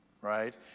right